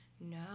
No